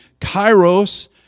kairos